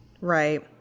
Right